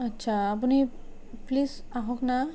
আচ্ছা আপুনি প্লিজ আহকনা